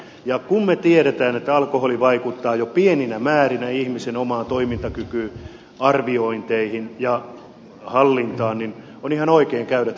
ja kun me tiedämme että alkoholi vaikuttaa jo pieninä määrinä ihmisen omaan toimintakykyyn arviointeihin ja hallintaan niin on ihan oikein käydä tätä keskustelua